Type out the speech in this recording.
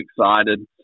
excited